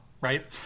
right